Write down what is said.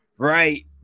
right